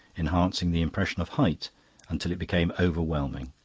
enhancing the impression of height until it became overwhelming.